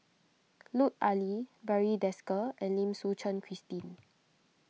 Lut Ali Barry Desker and Lim Suchen Christine